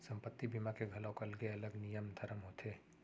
संपत्ति बीमा के घलौ अलगे अलग नियम धरम होथे